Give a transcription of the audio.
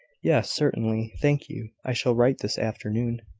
yes, certainly thank you. i shall write this afternoon.